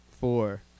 Four